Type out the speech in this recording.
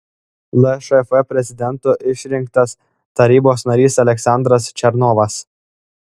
lšf prezidentu išrinktas tarybos narys aleksandras černovas